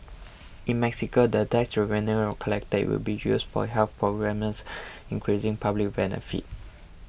in Mexico the tax revenue collected will be used for health programmes increasing public benefit